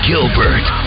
Gilbert